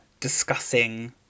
discussing